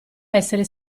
essere